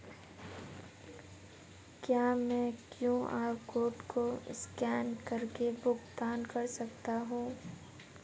क्या मैं QR code को स्कैन करके भुगतान कर सकता हूं?